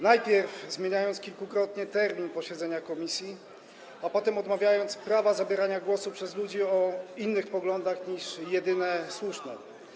najpierw zmieniając kilkukrotnie termin posiedzenia komisji, a potem odmawiając prawa zabierania głosu ludziom o innych poglądach niż jedyne słuszne.